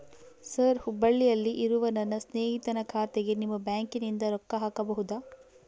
Sir ಹುಬ್ಬಳ್ಳಿಯಲ್ಲಿ ಇರುವ ನನ್ನ ಸ್ನೇಹಿತನ ಖಾತೆಗೆ ನಿಮ್ಮ ಬ್ಯಾಂಕಿನಿಂದ ರೊಕ್ಕ ಹಾಕಬಹುದಾ?